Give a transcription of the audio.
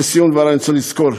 לסיום דברי צריך לזכור: